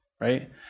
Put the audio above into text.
right